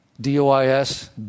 D-O-I-S